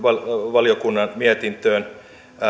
valiokunnan mietintöön